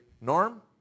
Norm